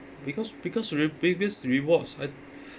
because because pre~ previous rewards I